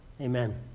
amen